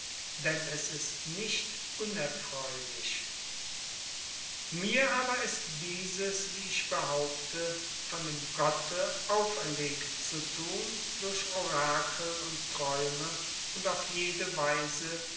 denn es ist nicht unerfreulich mir aber ist dieses wie ich behaupte von dem gotte auferlegt zu tun durch orakel und träume und auf jede weise